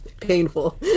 painful